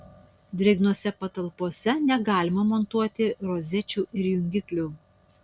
drėgnose patalpose negalima montuoti rozečių ir jungiklių